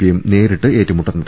പിയും നേരിട്ട് ഏറ്റുമുട്ടുന്നത്